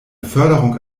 förderung